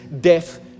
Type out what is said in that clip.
death